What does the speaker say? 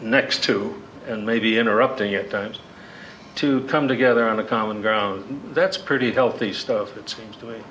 next to and maybe interrupting you don't to come together on a common ground that's pretty healthy stuff it seems to me